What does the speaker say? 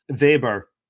Weber